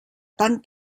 tan